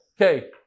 Okay